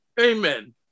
Amen